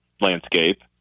landscape